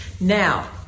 Now